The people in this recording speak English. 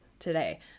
today